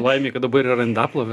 laimė kad dabar yra indaplovė